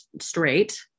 straight